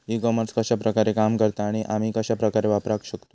E commerce कश्या प्रकारे काम करता आणि आमी कश्या प्रकारे वापराक शकतू?